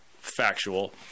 factual